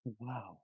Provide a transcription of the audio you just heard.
Wow